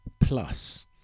plus